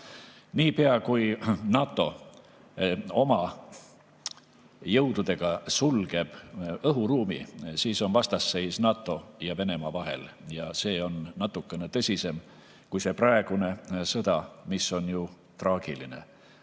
Niipea, kui NATO oma jõududega sulgeb õhuruumi, on vastasseis NATO ja Venemaa vahel ja see on natukene tõsisem kui praegune sõda, mis on ju loomulikult